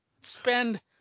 spend